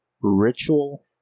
ritual